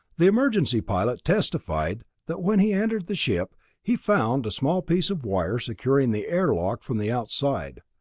the emergency pilot testified that when he entered the ship, he found a small piece of wire securing the air lock from the outside.